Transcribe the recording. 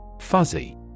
fuzzy